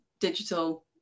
digital